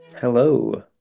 Hello